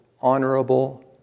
Honorable